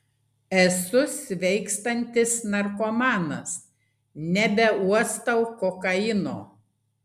esu sveikstantis narkomanas nebeuostau kokaino